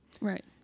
Right